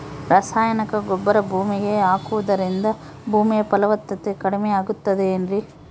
ರಾಸಾಯನಿಕ ಗೊಬ್ಬರ ಭೂಮಿಗೆ ಹಾಕುವುದರಿಂದ ಭೂಮಿಯ ಫಲವತ್ತತೆ ಕಡಿಮೆಯಾಗುತ್ತದೆ ಏನ್ರಿ?